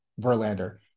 Verlander